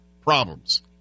problems